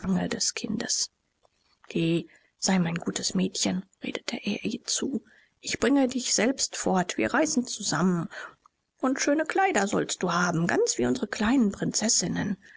des kindes geh sei mein gutes mädchen redete er ihr zu ich bringe dich selbst fort wir reisen zusammen und schöne kleider sollst du haben ganz wie unsere kleinen prinzessinnen